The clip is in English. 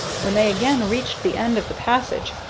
when they again reached the end of the passage,